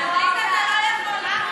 באנגלית אתה לא יכול.